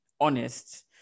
honest